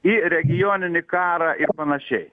į regioninį karą ir panašiai